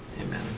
Amen